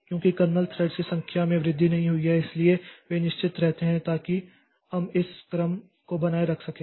क्योंकि kernel threads की संख्या में वृद्धि नहीं हुई है इसलिए वे निश्चित रहते हैं ताकि हम इस क्रम को बनाए रख सकें